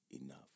enough